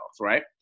right